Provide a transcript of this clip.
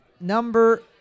number